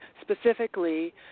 specifically